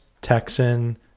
Texan